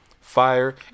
Fire